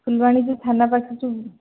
ଫୁଲବାଣୀ ଯେଉଁ ଥାନା ପାଖରେ ଯେଉଁ